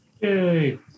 Yay